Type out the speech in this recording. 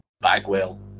Bagwell